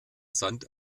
sand